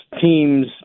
teams